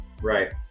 Right